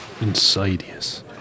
Insidious